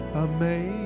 amazing